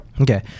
Okay